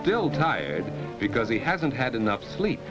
still tired because he hasn't had enough sleep